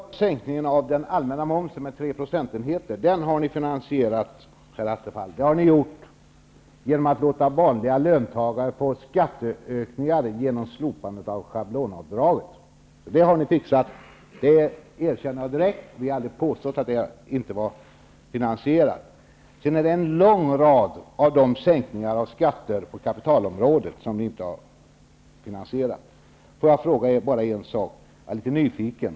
Fru talman! Sänkningen av den allmänna momsen med tre procentenheter har ni finansierat. Det har ni gjort genom att låta vanliga löntagare få skattehöjningar genom slopandet av schablonavdraget. Det har ni fixat, det erkänner jag direkt. Vi har aldrig påstått att det inte var finansierat. Men en lång rad av de sänkningar av skatter på kapitalområdet som ni gör har ni inte finansierat. Jag vill fråga en sak, för jag är litet nyfiken.